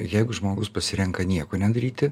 jeigu žmogus pasirenka nieko nedaryti